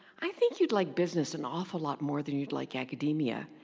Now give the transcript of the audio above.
i think you'd like business an awful lot more than you'd like academia,